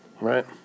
right